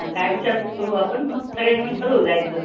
काय विचारपूस करू आपण मग सगळे म्हणून ठरवू जायचं